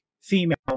female